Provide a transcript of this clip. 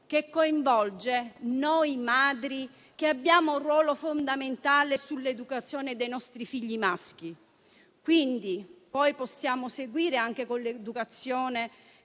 che coinvolge noi madri che abbiamo un ruolo fondamentale sull'educazione dei nostri figli maschi. Possiamo poi seguire anche con l'educazione